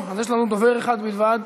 יש לנו דובר אחד בלבד,